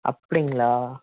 அப்படிங்களா